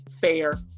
fair